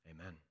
Amen